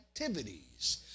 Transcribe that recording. activities